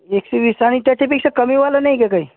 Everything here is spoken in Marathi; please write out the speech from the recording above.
एकशेवीस आणि त्याच्यापेक्षा कमीवाला नाही का काही